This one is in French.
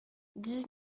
dix